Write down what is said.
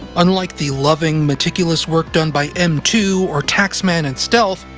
unlike the loving, meticulous work done by m two or taxman and stealth,